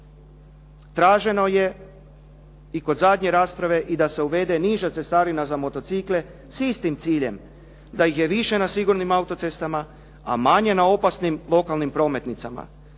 Traženo je i kod zadnje rasprave da se uvede niža cestarina za motocikle s istim ciljem, da ih je više na sigurnim autocestama, a manje na opasnim lokalnim prometnicama.